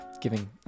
giving